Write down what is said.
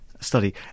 study